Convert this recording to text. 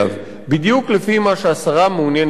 בדיוק לפי מה שהשרה מעוניינת ליצור אותו.